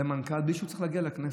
בלי שהוא צריך להגיע לכנסת.